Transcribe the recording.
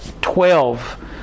twelve